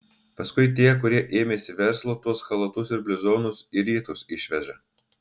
paskui tie kurie ėmėsi verslo tuos chalatus ir bliuzonus į rytus išveža